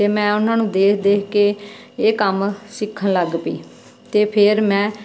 ਅਤੇ ਮੈਂ ਉਹਨਾਂ ਨੂੰ ਦੇਖ ਦੇਖ ਕੇ ਇਹ ਕੰਮ ਸਿੱਖਣ ਲੱਗ ਪਈ ਅਤੇ ਫੇਰ ਮੈਂ